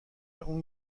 اون